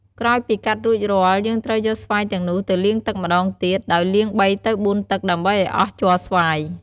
ក្រោយពីកាត់រួចរាល់ យើងត្រូវយកស្វាយទាំងនោះទៅលាងទឹកម្ដងទៀត ដោយលាង៣ទៅ៤ទឹក ដើម្បីឱ្យអស់ជ័រស្វាយ។